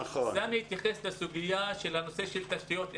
אני אתייחס לסוגיה של תשתיות אינטרנט.